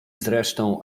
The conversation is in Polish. zresztą